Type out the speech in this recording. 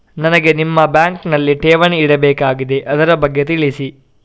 ನನಗೆ ನಿಮ್ಮ ಬ್ಯಾಂಕಿನಲ್ಲಿ ಠೇವಣಿ ಇಡಬೇಕಾಗಿದೆ, ಅದರ ಬಗ್ಗೆ ತಿಳಿಸಿ